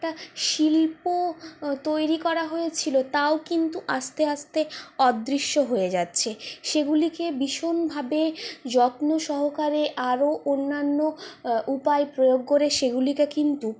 একটা শিল্প তৈরি করা হয়েছিলো তাও কিন্তু আস্তে আস্তে অদৃশ্য হয়ে যাচ্ছে সেগুলিকে ভীষণভাবে যত্ন সহকারে আরো অন্যান্য উপায় প্রয়োগ করে সেগুলিকে কিন্তু